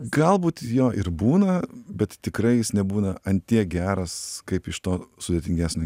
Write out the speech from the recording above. galbūt jo ir būna bet tikrai jis nebūna ant tiek geras kaip iš to sudėtingesnio